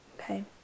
Okay